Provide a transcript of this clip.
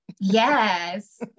Yes